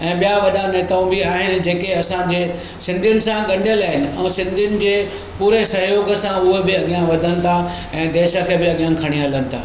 ऐं वॾा नेताऊं बि आहिनि जेके असांजे सिंधियुनि सां ॻंढियल आहिनि ऐं सिंधियुनि जे पूरे सहयोग सां उहे बि अॻियां वधनि था ऐं देश खे बि अॻियां खणी हलनि था